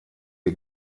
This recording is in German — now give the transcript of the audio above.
die